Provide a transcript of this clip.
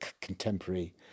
contemporary